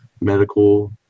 medical